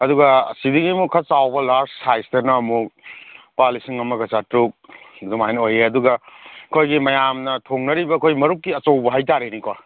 ꯑꯗꯨꯒ ꯁꯤꯗꯒꯤ ꯑꯃꯨꯛ ꯈꯔ ꯆꯥꯎꯕ ꯂꯥꯔꯖ ꯁꯥꯏꯖꯇꯅ ꯑꯃꯨꯛ ꯂꯨꯄꯥ ꯂꯤꯁꯤꯡ ꯑꯃꯒ ꯆꯥꯇ꯭ꯔꯨꯛ ꯑꯗꯨꯃꯥꯏꯅ ꯑꯣꯏꯌꯦ ꯑꯗꯨꯒ ꯑꯩꯈꯣꯏꯒꯤ ꯃꯌꯥꯝꯅ ꯊꯣꯡꯅꯔꯤꯕ ꯑꯩꯈꯣꯏ ꯃꯔꯨꯞꯀꯤ ꯑꯆꯧꯕ ꯍꯥꯏꯇꯥꯔꯦꯅꯦꯀꯣ